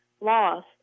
loss